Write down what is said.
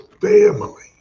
family